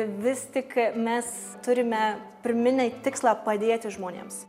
vis tik mes turime pirminį tikslą padėti žmonėms